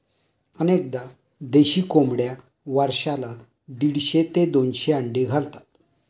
अनेकदा देशी कोंबड्या वर्षाला दीडशे ते दोनशे अंडी घालतात